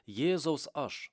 jėzaus aš